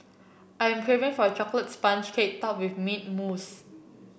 I am craving for a chocolate sponge cake top with mint mousse